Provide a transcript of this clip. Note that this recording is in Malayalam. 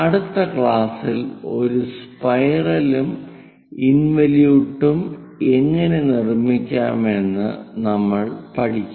അടുത്ത ക്ലാസ്സിൽ ഒരു സ്പൈറലും ഇൻവലിയൂട്ടും എങ്ങനെ നിർമിക്കാം എന്ന് നമ്മൾ പഠിക്കും